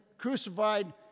Crucified